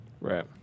Right